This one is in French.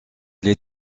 les